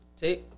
Take